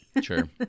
Sure